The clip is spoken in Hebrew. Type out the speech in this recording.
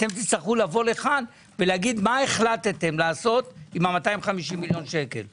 אתם תצטרכו לבוא לכאן ולהגיד מה החלטתם לעשות עם ה-250 מיליון שקל.